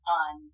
on